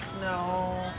No